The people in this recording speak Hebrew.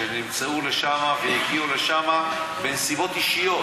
שהגיעו לשם בנסיבות אישיות,